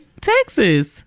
Texas